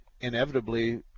inevitably